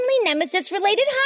nemesis-related